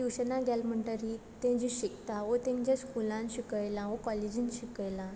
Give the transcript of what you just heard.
ट्युशना गेल म्हुणटरी तीं जीं शिकता वो तेंकां जें स्कुलान शिकयलां वो कॉलेजींत शिकयलां